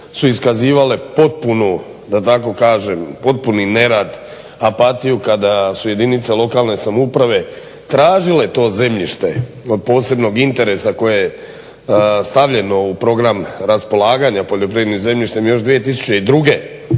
su iskazivale potpunu, da tako kažem potpuni nerad, apatiju kada su jedinice lokalne samouprave tražile to zemljište od posebnog interesa koje je stavljeno u program raspolaganja poljoprivrednim zemljištem još 2002.